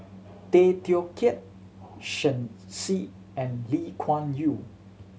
Tay Teow Kiat Shen Xi and Lee Kuan Yew